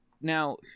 Now